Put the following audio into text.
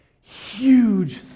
huge